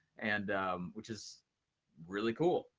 and which is really cool.